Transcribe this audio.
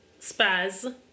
spaz